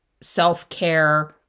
self-care